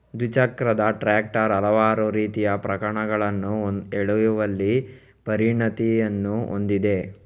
ದ್ವಿಚಕ್ರದ ಟ್ರಾಕ್ಟರ್ ಹಲವಾರು ರೀತಿಯ ಉಪಕರಣಗಳನ್ನು ಎಳೆಯುವಲ್ಲಿ ಪರಿಣತಿಯನ್ನು ಹೊಂದಿದೆ